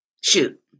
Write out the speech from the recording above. shoot